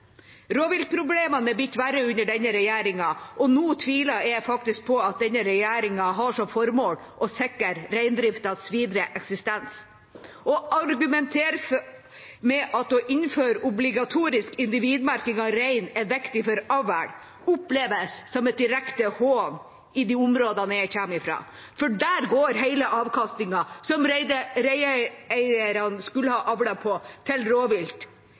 Rovviltproblemene har blitt verre under denne regjeringa, og nå tviler jeg faktisk på at denne regjeringa har som formål å sikre reindriftens videre eksistens. Å argumentere med at å innføre obligatorisk individmerking av rein er viktig for avl, oppleves som et direkte hån i de områdene jeg kommer fra, for der går hele avkastningen som reineierne skulle ha avlet på, til rovvilt.